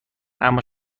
اما